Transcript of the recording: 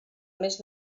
més